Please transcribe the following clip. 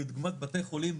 כדוגמת בתי חולים,